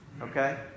Okay